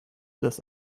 des